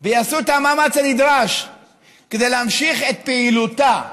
ויעשו את המאמץ הנדרש כדי להמשיך את פעילותה.